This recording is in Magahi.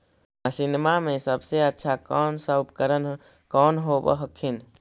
मसिनमा मे सबसे अच्छा कौन सा उपकरण कौन होब हखिन?